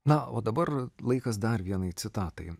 na o dabar laikas dar vienai citatai